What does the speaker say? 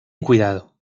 cuidado